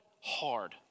hard